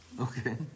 Okay